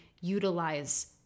utilize